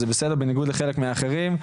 זה בסדר שזה בניגוד לחלק מהאחרים,